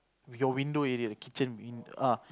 win your window area kitchen window